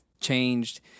changed